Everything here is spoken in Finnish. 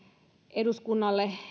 eduskunnalle